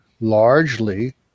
largely